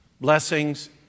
Blessings